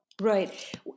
Right